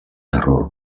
terror